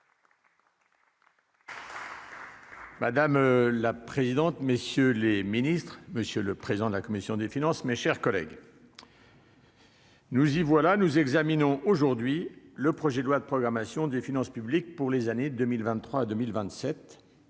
Madame la présidente, messieurs les Ministres, Monsieur le président de la commission des finances, mes chers collègues. Nous y voilà : nous examinons aujourd'hui le projet de loi de programmation des finances publiques pour les années 2023 2027